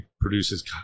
produces